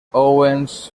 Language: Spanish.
owens